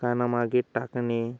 कानामागे टाकणे